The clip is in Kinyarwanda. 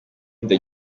inda